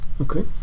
Okay